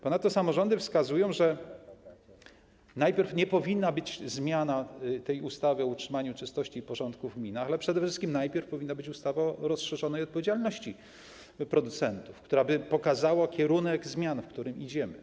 Ponadto samorządy wskazują, że najpierw powinna być nie zmiana ustawy o utrzymaniu czystości i porządku w gminach, ale przede wszystkim najpierw powinna być ustawa o rozszerzonej odpowiedzialności producentów, która by pokazała kierunek zmian, w którym idziemy.